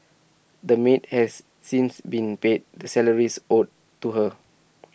the maid has since been paid the salaries owed to her